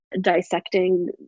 dissecting